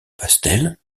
pastel